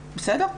בסדר.